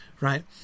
right